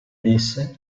disse